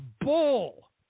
bull